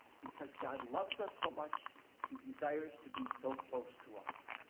because god loves us so much, he desires to be so close to us.